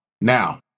Now